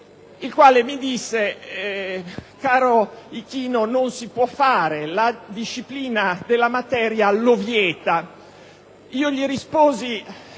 il quale mi disse: «Caro Ichino, non si può fare, la disciplina della materia lo vieta»; io gli risposi: